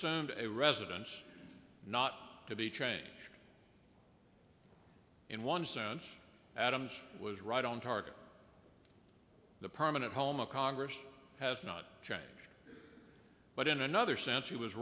ed a residence not to be changed in one sense adams was right on target the permanent home of congress has not changed but in another sense he was